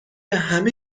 همه